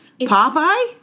Popeye